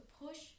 push